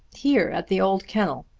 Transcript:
here at the old kennel.